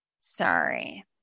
Sorry